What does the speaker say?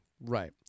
Right